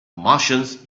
martians